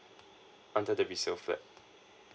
under the resale flat